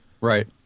Right